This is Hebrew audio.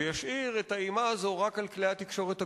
וישאיר את האימה הזו רק על כלי התקשורת הגדולים.